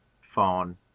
phone